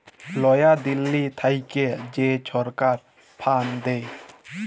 লয়া দিল্লী থ্যাইকে যে ছরকার ফাল্ড দেয়